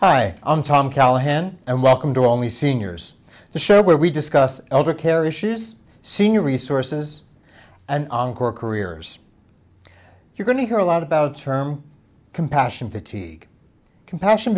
hi i'm tom callahan and welcome to all the seniors the show where we discuss elder care issues senior resources and careers you're going to hear a lot about term compassion fatigue compassion